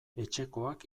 etxekoak